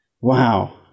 Wow